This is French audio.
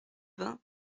vingt